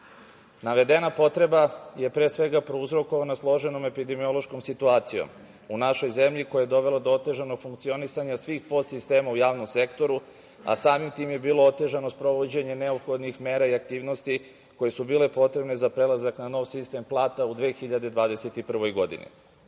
sektora. Navedena potreba je pre svega prouzrokovana složenom epidemiološkom situacijom u našoj zemlji koja je dovela do otežanog funkcionisanja svih podsistema u javnom sektoru, a samim tim je bilo otežano sprovođenje neophodnih mera i aktivnosti koje su bile potrebne za prelazak na nov sistem plata u 2021. godini. Ono